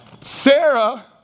Sarah